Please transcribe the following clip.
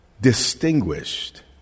distinguished